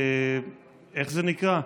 איך זה נקרא?